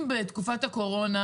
בתקופת הקורונה